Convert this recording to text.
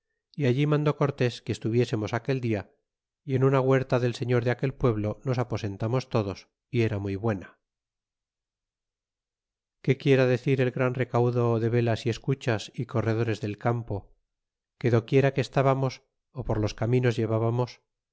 é allí mandó cortés que estuviésemos aquel dia y en una huerta del señor de aquel pueblo nos aposentamos todos y era muy buena que quiera decir el gran recaudo de velas y escuchas y corredores del campo que do quiera que estábamos por los caminos llevábamos